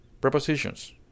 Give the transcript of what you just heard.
prepositions